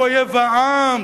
הוא אויב העם,